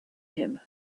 him